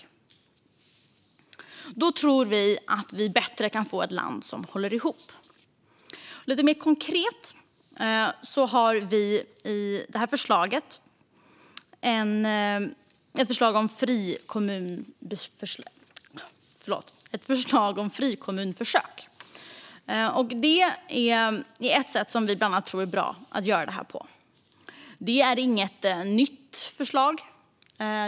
Moderaterna tror att vi då har bättre förutsättningar att få ett land som håller ihop. Lite mer konkret har vi i detta betänkande ett förslag om frikommunsförsök. Det är ett sätt som vi tror är bra att göra detta på. Det är inget nytt förslag.